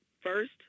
First